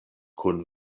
kun